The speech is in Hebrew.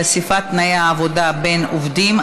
חשיפת תנאי העבודה בין עובדים),